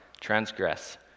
transgress